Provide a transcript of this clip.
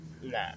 Nah